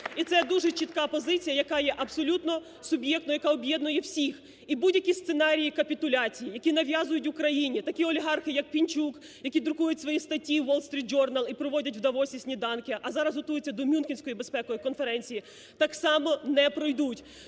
І це дуже чітка позиція, яка є абсолютно суб'єктною, яка об'єднує всіх. І будь-які сценарії капітуляції, які нав'язують Україні такі олігархи як Пінчук, які друкують свої статті у "Wall Street Journal" і проводять в Давосі сніданки, а зараз готуються до Мюнхенської безпекової конференції, так само не пройдуть.